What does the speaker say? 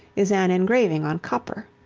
is an engraving on copper.